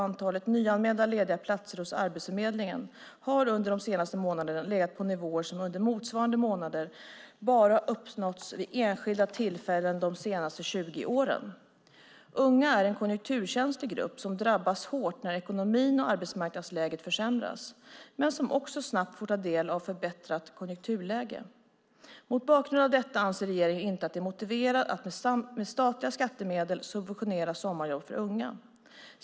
Antalet nyanmälda lediga platser hos Arbetsförmedlingen har under de senaste månaderna legat på nivåer som under motsvarande månader bara har uppnåtts vid enstaka tillfällen de senaste 20 åren. Unga är en konjunkturkänslig grupp som drabbas hårt när ekonomin och arbetsmarknadsläget försämras men som också snabbt får ta del av ett förbättrat konjunkturläge. Mot bakgrund av detta anser regeringen inte att det är motiverat att med statliga skattemedel subventionera sommarjobb för unga.